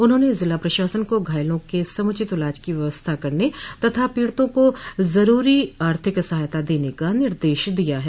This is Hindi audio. उन्होंने जिला प्रशासन को घायलों के समूचित इलाज की व्यवस्था करने तथा पीड़ितों को जरूरी आर्थिक सहायता देने का निर्देश दिया है